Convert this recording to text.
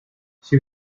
she